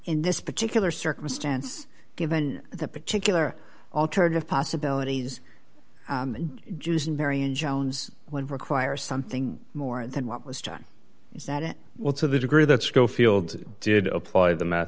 in this particular circumstance given the particular alternative possibilities jewson marion jones when require something more than what was done is that it well to the degree that scofield did apply the math